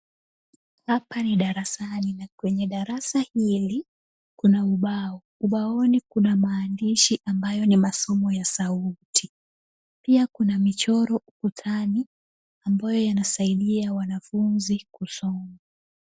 Hapa ni darasani na kwenye darasa hili, kuna ubao. Ubaoni kuna maandishi ambayo ni masomo ya sauti. Pia kuna michoro ukutani ambayo yanasaidia wanafunzi kusoma.